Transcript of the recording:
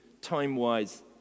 time-wise